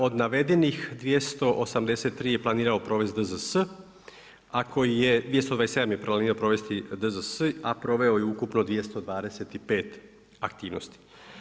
Od navedenih 283 je planirao provesti DZS, ako je 227 je planirao provesti DZS, a proveo je ukupno 225 aktivnosti.